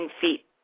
feet